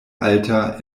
alta